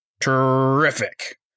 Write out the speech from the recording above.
Terrific